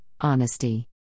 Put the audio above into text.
honesty